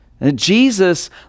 Jesus